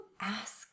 ask